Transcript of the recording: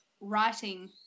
writing